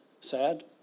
sad